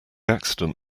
accident